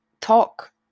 talk